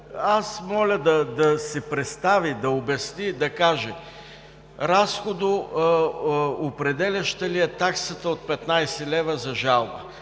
Аз моля да си представи, да обясни, да каже: разходоопределяща ли е таксата от 15 лв. за жалба?